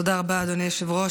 תודה רבה, אדוני היושב-ראש.